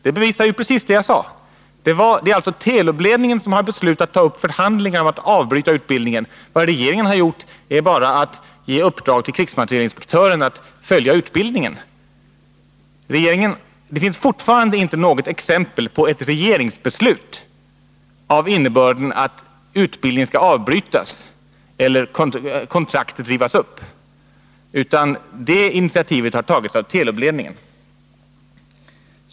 Det bevisar precis vad jag sade. Det är alltså Telub-ledningen som beslutat ta upp förhandlingar om att avbryta utbildningen. Vad regeringen gjort är bara att ge i uppdrag åt krigsmaterielinspektören att följa utbildningen. Det finns fortfarande inte något exempel på ett regeringsbeslut av innebörden att utbildningen skall avbrytas eller kontraktet rivas upp, utan det initiativet har tagits av Telub-ledningen.